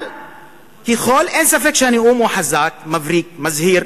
אבל אין ספק שהנאום הוא חזק, מבריק, מזהיר,